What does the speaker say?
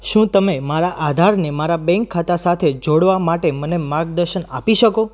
શું તમે મારા આધારને મારા બેંક ખાતા સાથે જોડવા માટે મને માર્ગદર્શન આપી શકો